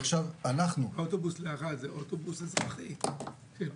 האוטובוס לערד הוא אוטובוס אזרחי.